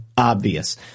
Obvious